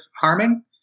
harming